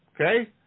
Okay